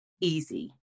easy